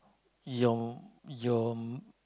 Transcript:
your your